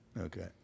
Okay